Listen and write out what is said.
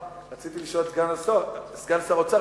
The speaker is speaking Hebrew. רציתי לשאול את סגן שר האוצר,